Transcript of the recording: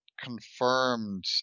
confirmed